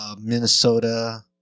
Minnesota